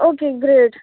okay great